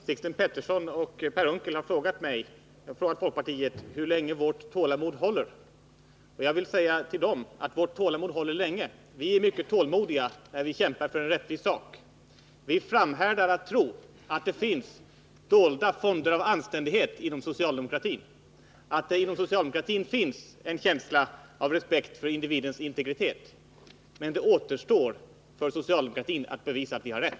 Herr talman! Sixten Pettersson och Per Unckel har frågat mig hur länge folkpartiets tålamod håller. Jag vill svara dem att vårt tålamod håller länge. Vi är mycket tålmodiga när vi kämpar för en rättvis sak. Vi framhärdar i vår tro att det finns dolda fonder av anständighet inom socialdemokratin och att det inom socialdemokratin finns en känsla av respekt för individens integritet. Men det återstår för socialdemokratin att bevisa att vi har rätt.